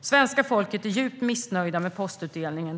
Svenska folket är djupt missnöjt med postutdelningen.